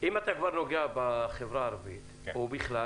אם אתה כבר נוגע בחברה הערבית ובכלל,